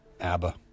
abba